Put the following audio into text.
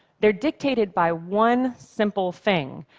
they're dictated by one simple thing,